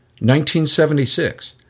1976